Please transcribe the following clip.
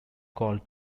called